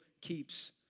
keeps